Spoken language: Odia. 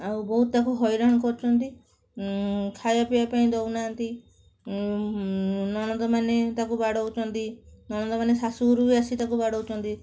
ଆଉ ବହୁତ ତାକୁ ହଇରାଣ କରୁଛନ୍ତି ଖାଇବା ପିଇବା ପାଇଁ ଦଉନାହାଁନ୍ତି ନଣନ୍ଦମାନେ ତାକୁ ବାଡ଼ଉଛନ୍ତି ନଣନ୍ଦମାନେ ଶାଶୁରଘରକୁ ବି ଆସି ତାକୁ ବାଡ଼ଉଛନ୍ତି